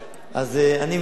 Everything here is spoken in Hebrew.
אני אמנע את